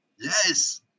Yes